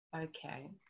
Okay